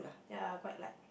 ya quite like